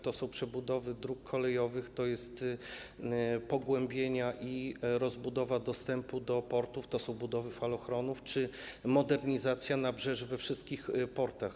To są przebudowy dróg kolejowych, to są pogłębienia i rozbudowa dostępu do portów, to są budowy falochronów czy modernizacja nabrzeży we wszystkich portach.